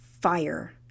fire